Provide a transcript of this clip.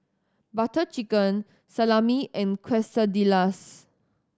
Butter Chicken Salami and Quesadillas